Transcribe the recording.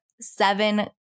seven